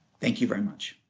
thank you very much.